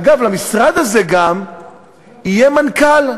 אגב, למשרד הזה גם יהיה מנכ"ל.